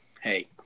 hey